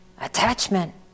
attachment